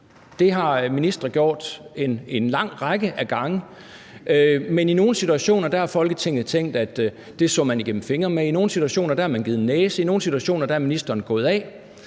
Det har ministre gjort en lang række gange af, men i nogle situationer har Folketinget tænkt, at det ville man se igennem fingre med; i nogle situationer har man givet en næse; i nogle situationer er ministeren gået af.